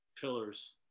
pillars